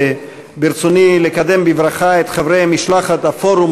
ברצוני לקדם בברכה את חברי משלחת הפורום